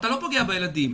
אתה לא פוגע בילדים.